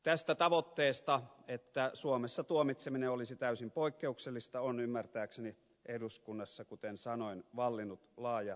tästä tavoitteesta että suomessa tuomitseminen olisi täysin poikkeuksellista on ymmärtääkseni eduskunnassa kuten sanoin vallinnut laaja yhteisymmärrys